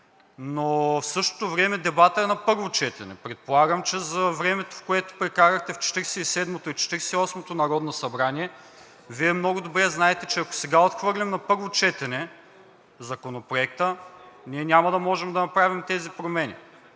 но в същото време дебатът е на първо четене. Предполагам, че за времето, в което прекарахте в Четиридесет и седмото и Четиридесет и осмото народно събрание, Вие много добре знаете, че ако сега отхвърлим на първо четене Законопроекта, няма да можем да направим тези промени.